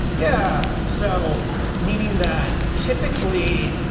yeah. so meaning that typically,